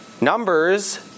Numbers